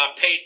paid